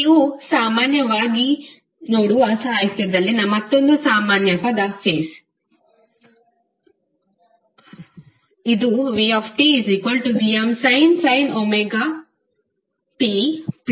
ನೀವು ಸಾಮಾನ್ಯವಾಗಿ ನೋಡುವ ಸಾಹಿತ್ಯದಲ್ಲಿನ ಮತ್ತೊಂದು ಸಾಮಾನ್ಯ ಪದ ∅ ಇದು vtVmsin ωt∅ ನೀಡುತ್ತದೆ